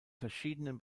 verschiedenen